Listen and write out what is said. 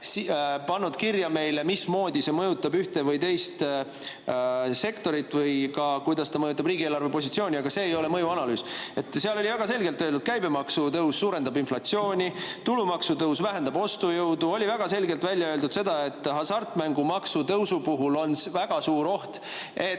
pandud kirja, mismoodi [maksumuudatus] mõjutab ühte või teist sektorit või kuidas ta mõjutab riigieelarve positsiooni, aga see ei ole mõjuanalüüs. Seal oli väga selgelt öeldud, et käibemaksu tõus suurendab inflatsiooni ja tulumaksu tõus vähendab ostujõudu. Oli väga selgelt välja öeldud, et hasartmängumaksu tõusu puhul on väga suur oht,